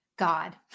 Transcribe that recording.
God